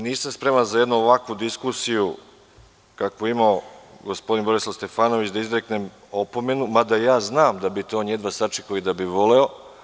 Nisam spreman za jednu ovakvu diskusiju kakvu je imao gospodin Borislav Stefanović da izreknem opomenu, mada znam da bi on to jedva sačekao i da bi voleo.